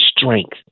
strength